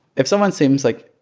if someone seems, like,